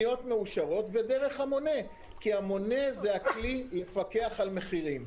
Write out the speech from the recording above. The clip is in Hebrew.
ודרך המונה, כי המונה הוא כלי לפקח על מחירים.